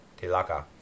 tilaka